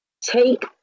Take